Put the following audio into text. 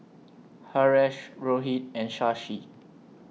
Haresh Rohit and Shashi